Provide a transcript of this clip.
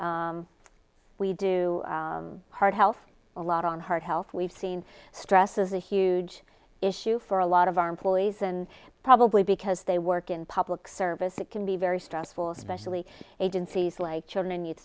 we do heart health a lot on heart health we've seen stress is a huge issue for a lot of our employees and probably because they work in public service it can be very stressful especially agencies like children